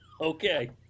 okay